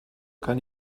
kann